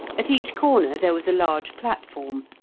at each corner there was a large platform,